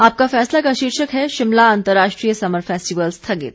आपका फैसला का शीर्षक है शिमला अंतर्राष्ट्रीय समर फैस्टिवल स्थगित